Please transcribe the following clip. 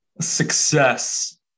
success